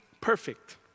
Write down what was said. perfect